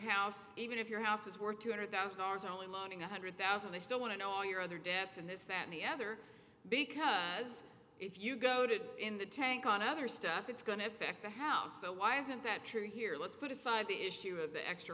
house even if your house is worth two hundred thousand dollars only mocking a hundred thousand they still want to know your other debts and this that the other because if you go to in the tank on other stuff it's going to affect the house so why isn't that true here let's put aside the issue of the extra